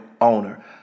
owner